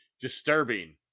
disturbing